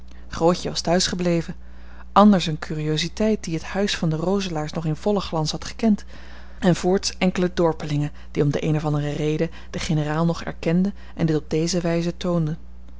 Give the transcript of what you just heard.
was thuis gebleven anders eene curiositeit die het huis van de roselaers nog in vollen glans had gekend en voorts enkele dorpelingen die om de eene of andere reden den generaal nog erkenden en dit op deze wijze toonden